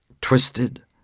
twisted